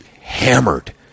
Hammered